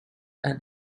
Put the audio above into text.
and